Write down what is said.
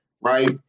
Right